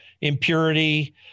impurity